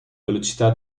velocità